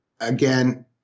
again